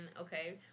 okay